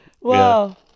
wow